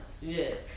Yes